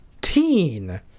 teen